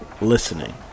listening